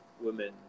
women